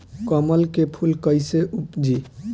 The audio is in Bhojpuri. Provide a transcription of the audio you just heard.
कमल के फूल कईसे उपजी?